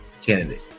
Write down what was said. candidate